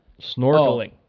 snorkeling